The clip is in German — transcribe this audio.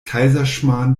kaiserschmarrn